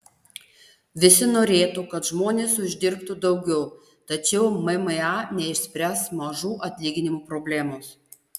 visi norėtų kad žmonės uždirbtų daugiau tačiau mma neišspręs mažų atlyginimų problemos